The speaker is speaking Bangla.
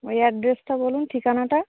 ওই অ্যাড্রেসটা বলুন ঠিকানাটা